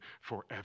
forever